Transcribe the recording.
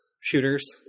shooters